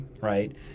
right